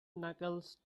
knuckles